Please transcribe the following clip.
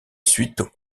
suite